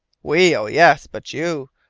we! oh, yes! but you!